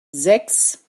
sechs